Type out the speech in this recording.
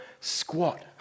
squat